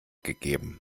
gegeben